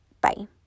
Bye